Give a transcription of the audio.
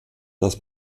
das